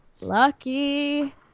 Lucky